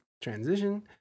transition